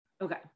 Okay